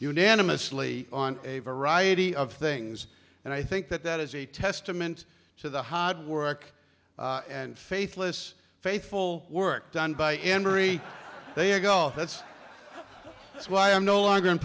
unanimously on a variety of things and i think that that is a testament to the hard work and faithless faithful work done by injury they ago that's why i'm no longer in